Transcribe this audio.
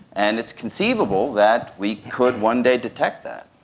and it's conceivable that we could one day detect that.